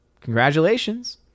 Congratulations